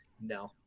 no